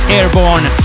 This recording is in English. Airborne